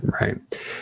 Right